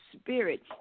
spirit